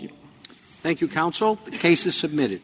you thank you counsel cases submitted